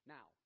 Now